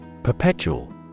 Perpetual